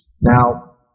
Now